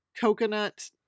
coconut